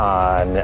on